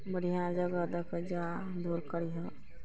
बढ़िआँ जगह दऽके जा दौड़ करीहऽ